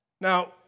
Now